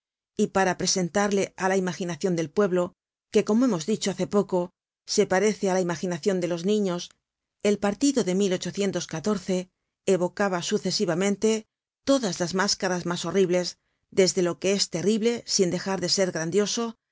y para presentarle á la imaginacion del pueblo que como hemos dicho hace poco se parece á la imaginacion de los niños el partido de evocaba sucesivamente todas las máscaras mas horribles desde lo que es terrible sin dejar de ser grandioso